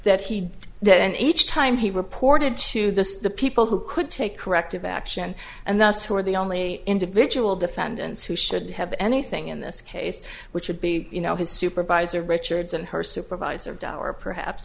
that he did that and each time he reported to this the people who could take corrective action and that's who are the only individual defendants who should have anything in this case which would be you know his supervisor richards and her supervisor dow or perhaps